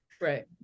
right